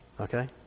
Okay